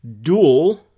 dual